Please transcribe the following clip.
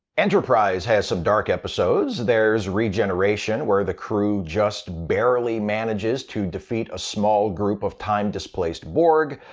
enterprise has some dark episodes. there's regeneration, where the crew just barely manages to defeat a small group of time-displaced borg.